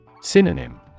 Synonym